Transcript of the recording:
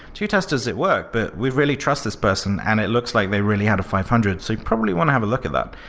two testers had worked, but we really trust this person, and it looks like they really had a five hundred. so you probably want to have a look at that.